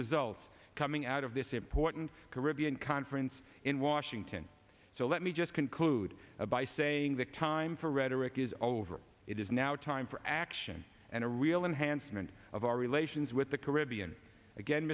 results coming out of this important caribbean conference in washington so let me just conclude by saying the time for rhetoric is over it is now time for action and a real enhancement of our relations with the caribbean again